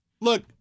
Look